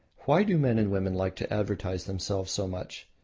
why do men and women like to advertise themselves so much?